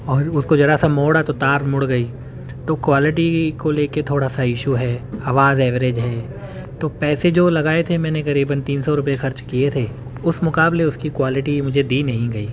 اور اس کو ذرا سا موڑا تو تار مڑ گئی تو کوالٹی کو لے کے تھوڑا سا ایشو ہے آواز ایوریج ہے تو پیسے جو لگائے تھے میں نے قریباً تین سو روپے خرچ کیے تھے اس مقابلہ اس کی کوالٹی مجھے دی نہیں گئی